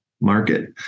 market